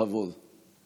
בכבוד.